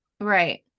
right